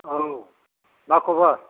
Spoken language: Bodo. औ मा खबर